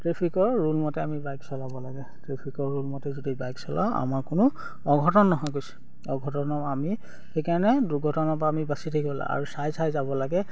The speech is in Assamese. ট্ৰেফিকৰ ৰুল মতে আমি বাইক চলাব লাগে ট্ৰেফিকৰ ৰুল মতে যদি বাইক চলাওঁ আমাৰ কোনো অঘটন নহয় কৈছে অঘটন আমি সেইকাৰণে দুৰ্ঘটনাৰ পৰা আমি বাচি থাকিবলে আৰু চাই চাই যাব লাগে